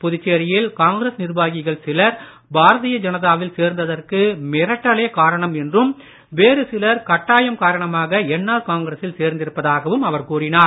புதுச்சேரியில் காங்கிரஸ் நிர்வாகிகள் சிலர் பாரதீய ஜனதாவில் சேர்ந்ததற்கு மிரட்டலே காரணம் என்றும் வேறு சிலர் கட்டாயம் காரணமாக என்ஆர் காங்கிரசில் சேர்ந்திருப்பதாகவும் அவர் கூறினார்